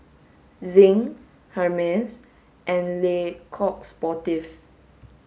Zinc Hermes and Le Coq Sportif